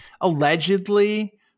Allegedly